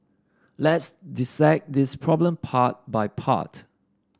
let's dissect this problem part by part